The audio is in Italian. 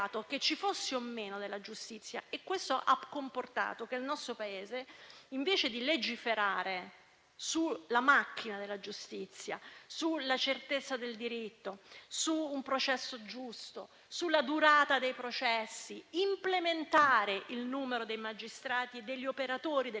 che ci fosse o meno - della giustizia. Questo ha comportato che il nostro Paese non abbia legiferato sulla macchina della giustizia, sulla certezza del diritto, su un processo giusto, sulla durata dei processi, implementando il numero dei magistrati e degli operatori della